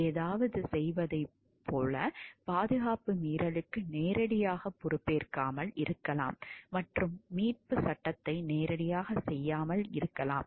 ஏதாவது செய்ததைப் போல பாதுகாப்பு மீறலுக்கு நேரடியாகப் பொறுப்பேற்காமல் இருக்கலாம் மற்றும் மீட்புச் சட்டத்தை நேரடியாகச் செய்யாமல் இருக்கலாம்